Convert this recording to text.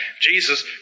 Jesus